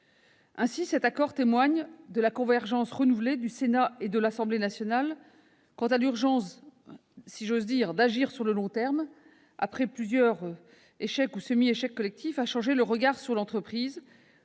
Ainsi, cet accord témoigne de la convergence renouvelée du Sénat et de l'Assemblée nationale quant à l'urgence, si j'ose dire, d'agir sur le long terme, après la succession d'échecs ou de semi-échecs collectifs à changer le regard sur l'entreprise,